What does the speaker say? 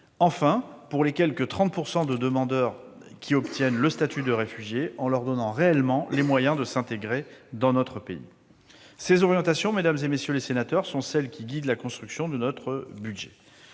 Enfin, pour les quelque 30 % de demandeurs qui obtiennent le statut de réfugié, il faudra leur donner réellement les moyens de s'intégrer dans notre pays. Ces orientations, mesdames, messieurs les sénateurs, sont celles qui guident la construction de notre budget